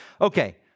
Okay